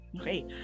Okay